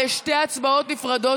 יש שתי הצבעות נפרדות,